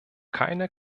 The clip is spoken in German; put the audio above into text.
keine